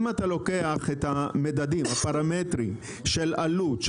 אם אתה לוקח את הפרמטרים של עלות,